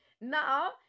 now